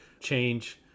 change